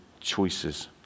choices